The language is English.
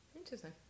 Interesting